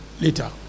later